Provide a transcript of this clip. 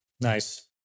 Nice